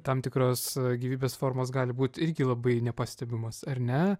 tam tikros gyvybės formos gali būt irgi labai nepastebimos ar ne